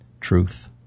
truth